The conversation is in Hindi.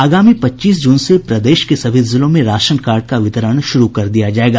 आगामी पच्चीस जून से प्रदेश के सभी जिलों में राशनकार्ड का वितरण शुरू कर दिया जायेगा